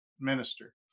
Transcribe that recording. minister